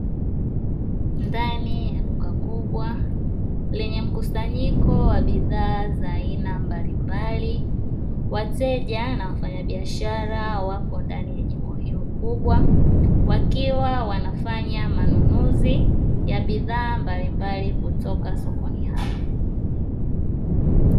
Ndani ya duka kubwa lenye mkusanyiko wa bidhaa za aina mbalimbali, wateja na wafanyabiashara wako ndani ya jingo hilo kubwa wakiwa wanafanya manunuzi ya bidhaa mbalimbali kutoka sokoni hapo.